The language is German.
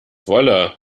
wolle